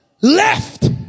left